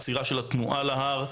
עצירה של התנועה להר.